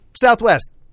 Southwest